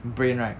brain right